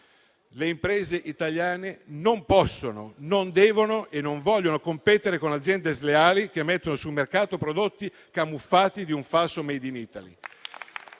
Le imprese italiane non possono, non devono e non vogliono competere con aziende sleali che mettono sul mercato prodotti camuffati con un falso *made in Italy*,